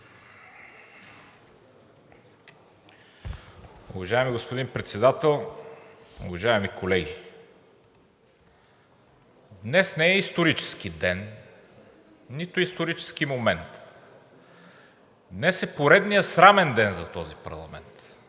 Уважаеми господин Председател, уважаеми колеги! Днес не е исторически ден, нито исторически момент. Днес е поредният срамен ден за този парламент.